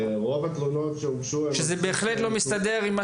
רוב התלונות שהוגשו --- זה בהחלט לא מסתדר עם מה